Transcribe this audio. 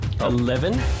Eleven